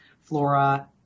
flora